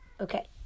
okay